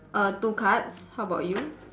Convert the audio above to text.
err two cards how about you